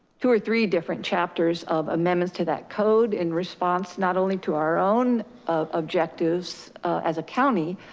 two or three different chapters of amendments to that code and response, not only to our own objectives as a county,